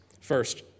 First